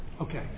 Okay